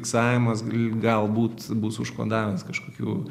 fiksavimas galbūt bus užkodavęs kažkokių